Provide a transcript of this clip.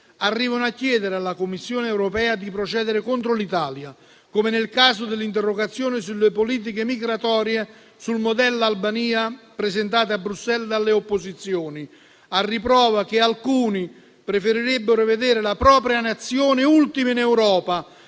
arrivano a chiedere alla Commissione europea di procedere contro l'Italia, come nel caso dell'interrogazione sulle politiche migratorie, sul modello Albania, presentata a Bruxelles dalle opposizioni, a riprova che alcuni preferirebbero vedere la propria Nazione ultima in Europa,